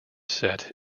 set